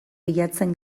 bilatzen